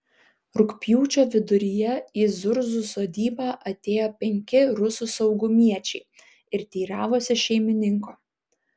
rugpjūčio viduryje į zurzų sodybą atėjo penki rusų saugumiečiai ir teiravosi šeimininko